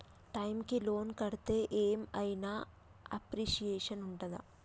Time కి loan కడ్తే ఏం ఐనా అప్రిషియేషన్ ఉంటదా?